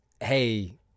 Hey